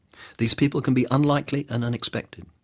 these people can be unlikely and unexpected.